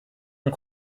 und